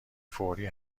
فوری